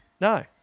No